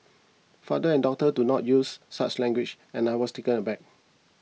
fathers and daughters do not use such language and I was taken aback